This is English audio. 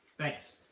thanks.